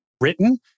written